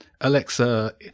Alexa